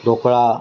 dhokla